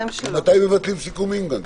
ממתי מבטלים סיכומים גם כן?